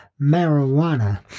Marijuana